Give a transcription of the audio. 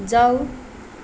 जाऊ